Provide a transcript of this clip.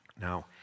Now